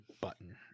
button